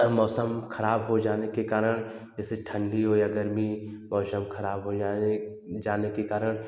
मौसम ख़राब हो जाने के कारण जैसे ठंडी हो या गर्मी मौसम ख़राब हो जाए जाने के कारण